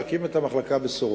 להקים את המחלקה ב"סורוקה".